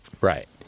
Right